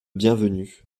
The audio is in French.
bienvenu